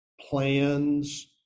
plans